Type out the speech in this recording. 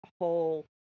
whole